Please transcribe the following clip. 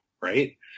right